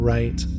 Right